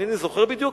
אינני זוכר בדיוק,